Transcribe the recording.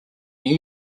new